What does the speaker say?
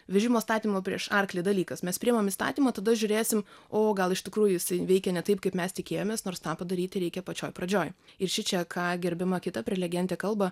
vežimo statymo prieš arklį dalykas mes priimam įstatymą tada žiūrėsim o gal iš tikrųjų jis veikė ne taip kaip mes tikėjomės nors tą padaryti reikia pačioj pradžioj ir šičia ką gerbiama kita prelegentė kalba